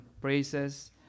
praises